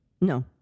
No